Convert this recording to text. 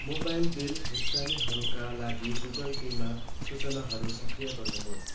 mobile bill भुक्तानीहरूका लागि Google पेमा सूचनाहरू सक्रिय गर्नु होस्